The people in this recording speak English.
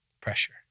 pressure